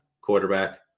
quarterback